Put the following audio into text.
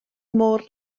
môr